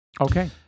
Okay